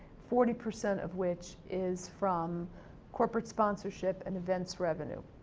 forty percent of which is from corporate sponsorship and events revenue.